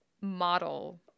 model